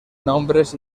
nombres